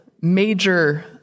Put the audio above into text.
major